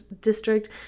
district